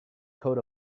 coat